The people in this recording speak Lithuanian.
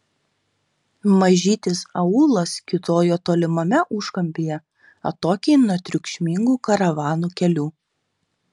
mažytis aūlas kiūtojo tolimame užkampyje atokiai nuo triukšmingų karavanų kelių